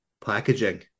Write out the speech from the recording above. packaging